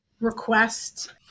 request